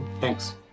thanks